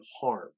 harm